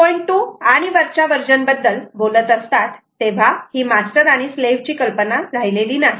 2 आणि वरच्या वर्जन बद्दल बोलत असतात तेव्हा ही मास्टर आणि स्लाव्ह ची कल्पना राहिलेली नाही